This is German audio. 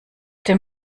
dem